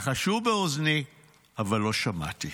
לחשו באוזני אבל לא שמעתי.